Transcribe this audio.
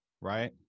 right